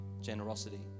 generosity